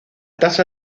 tasa